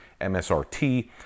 MSRT